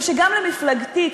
ושגם למפלגתי,